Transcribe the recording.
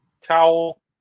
towel